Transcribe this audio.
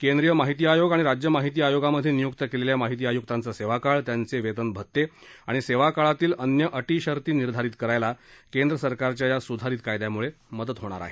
केंद्रीय माहिती आयोग आणि राज्य माहिती आयोगामध्ये नियुक्त केलेल्या माहिती आयुकांचा सेवाकाळ त्यांचे वेतन भत्ते आणि सेवाकाळातील अन्य अटीशर्ती निर्धारित करायला केंद्र सरकारच्या या सुधारित कायद्यामुळे मदत होणार आहे